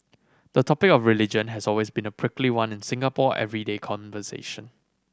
the topic of religion has always been a prickly one in Singaporean everyday conversation